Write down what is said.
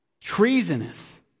Treasonous